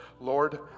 Lord